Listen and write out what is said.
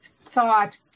thought